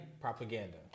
propaganda